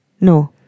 No